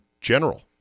general